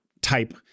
type